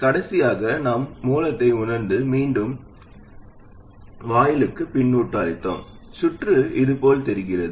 கடைசியாக நாம் மூலத்தை உணர்ந்து மீண்டும் வாயிலுக்கு உணவளித்தோம் சுற்று இதுபோல் தெரிகிறது